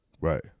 right